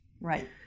Right